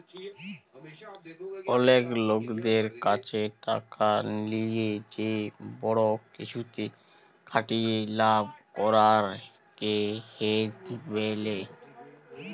অলেক লকদের ক্যাছে টাকা লিয়ে যে বড় কিছুতে খাটিয়ে লাভ করাক কে হেজ ব্যলে